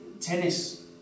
tennis